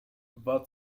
war